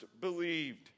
believed